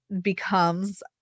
becomes